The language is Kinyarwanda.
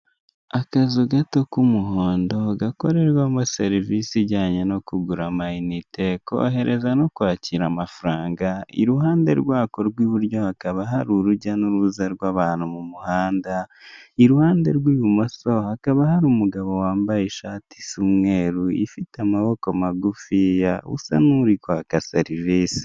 Akazu gato k'umuhondo gakorerwamo serivisi ijyanye no kugura amayinite, kohereza no kwakira amafaranga. Iruhande rwako rw'iburyo hakaba hari urujya n'uruza rw'abantu mu muhanda, iruhande rw'ibumoso hakaba hari umugabo wambaye ishati isa umweru ifite amaboko magufiya usa n'uri kwaka serivise.